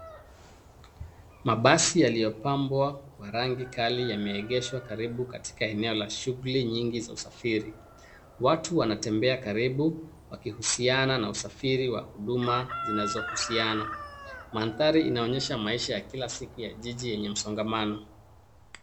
Mabasi yaliyopambwa kwa rangi kali yameegeshwa karibu katika eneo la shughuli nyingi za usafiri. Watu wanatembea karibu, wakihusiana na usafiri wa huduma zinazohusiana .Mandhari inaonyesha maisha ya Kila siku ya Kijiji yenye msongamano.